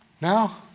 Now